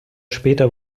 später